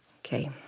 Okay